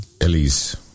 Elise